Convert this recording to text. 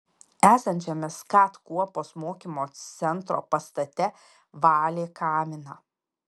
esančiame skat kuopos mokymo centro pastate valė kaminą